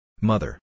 Mother